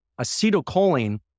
acetylcholine